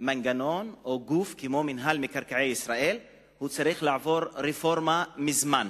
מנגנון או גוף כמו מינהל מקרקעי ישראל צריך היה לעבור רפורמה מזמן,